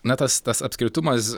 na tas tas apskritumas